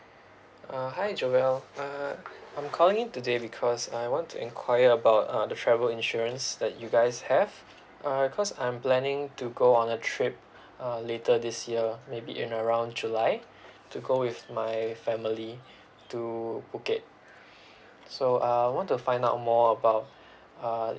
uh hi joel uh I'm calling in today because I want to inquire about uh the travel insurance that you guys have uh cause I'm planning to go on a trip uh later this year maybe in around july to go with my family to phuket so I want to find out more about uh